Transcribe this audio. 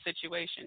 situation